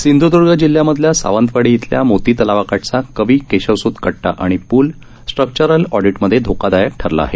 सिंधूदर्ग जिल्ह्यामधल्या सावंतवा ी इथल्या मोती तलावाकाठचा कवी केशवसुत कटटा आणि पूल स्ट्रक्चरल ऑपिटमध्ये धोकादायक ठरला आहे